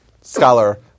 scholar